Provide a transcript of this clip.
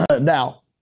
now